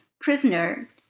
prisoner